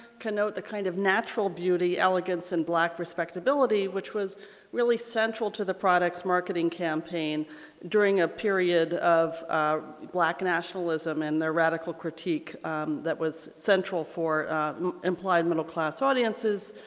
can note the kind of natural beauty, elegance, and black respectability which was really central to the product's marketing campaign during a period of black nationalism and their radical critique that was central for implied middle-class audiences